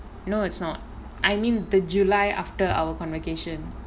no it's not I mean the july after our convocation